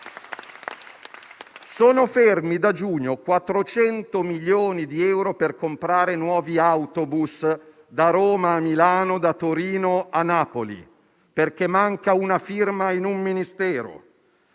Sono fermi da giugno 400 milioni di euro per comprare nuovi autobus da Roma a Milano, da Torino a Napoli, perché manca una firma in un Ministero.